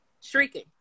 Shrieking